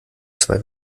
zwei